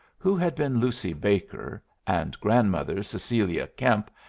who had been lucy baker, and grandmother cecilia kempe,